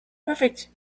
perfect